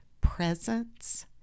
presence